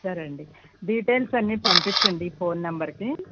సరే అండి డీటెయిల్స్ అన్నీ పంపించండి ఈ ఫోన్ నెంబర్కి